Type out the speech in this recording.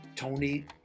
Tony